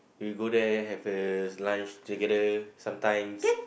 we go there have a lunch together sometimes